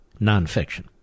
nonfiction